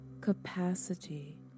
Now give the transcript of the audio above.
capacity